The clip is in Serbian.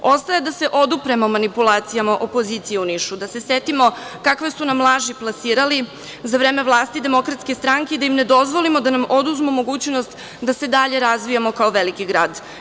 Ostaje da se odupremo manipulacijama opozicije u Nišu, da se setimo kakve su nam laži plasirali za vreme vlasti Demokratske stranke i da im ne dozvolimo da nam oduzmu mogućnost da se dalje razvijamo kao veliki grad.